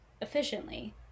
efficiently